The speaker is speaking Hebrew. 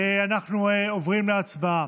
אנחנו עוברים להצבעה.